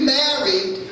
married